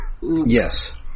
Yes